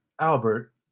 Albert